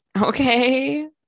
Okay